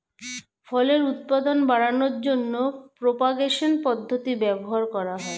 ফলের উৎপাদন বাড়ানোর জন্য প্রোপাগেশন পদ্ধতি ব্যবহার করা হয়